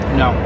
no